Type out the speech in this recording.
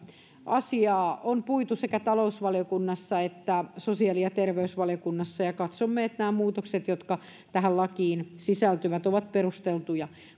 asiaa on puitu sekä talousvaliokunnassa että sosiaali ja terveysvaliokunnassa ja katsomme että nämä muutokset jotka tähän lakiin sisältyvät ovat perusteltuja